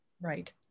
Right